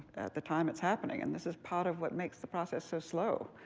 the time it's happening, and this is part of what makes the process so slow.